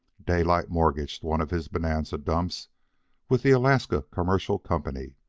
daylight mortgaged one of his bonanza dumps with the alaska commercial company,